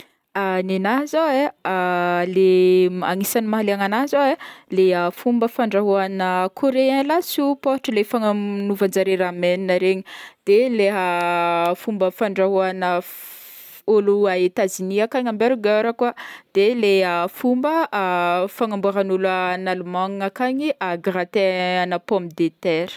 Gnignahy zao e, le agnisan'ny mahaliagna agnahy zao e, leha fomba fandrahoagna corréen lasopy ôhatra le fan-fananaovanjare ramen regny de leha leha fomba fandrahoagna f- ôlo à Etats Unis ankagny hamburger koa, de leha fomba fanamboaran'ôlo en Allemagne ankagny gratin agna pomme de terre.